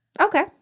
Okay